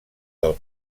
del